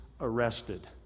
arrested